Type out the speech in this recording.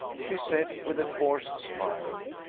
she said, with a forced smile,